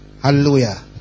Hallelujah